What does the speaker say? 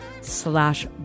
slash